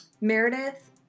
Meredith